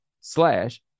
slash